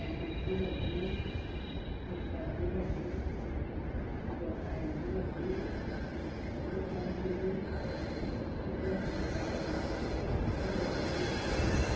कुड्डुकेची भाजी मुसगांची भाजी गोंसाळ्यांची भाजी चिकन चिली चिकन सुका तिसऱ्यांचें सुकें